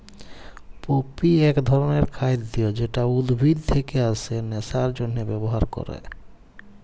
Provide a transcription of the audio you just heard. poppy এক ধরণের খাদ্য যেটা উদ্ভিদ থেকে আসে নেশার জন্হে ব্যবহার ক্যরে